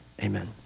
Amen